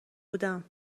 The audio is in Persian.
بودم